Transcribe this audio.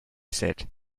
said